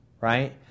right